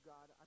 God